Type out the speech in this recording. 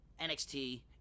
nxt